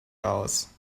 aus